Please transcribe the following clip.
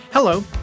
Hello